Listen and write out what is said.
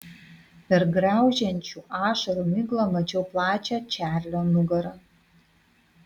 per graužiančių ašarų miglą mačiau plačią čarlio nugarą